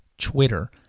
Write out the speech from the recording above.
Twitter